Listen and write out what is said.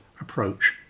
approach